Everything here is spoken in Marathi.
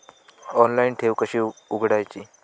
ऑनलाइन ठेव कशी उघडायची?